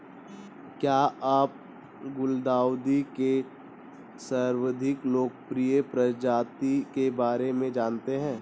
क्या आप गुलदाउदी के सर्वाधिक लोकप्रिय प्रजाति के बारे में जानते हैं?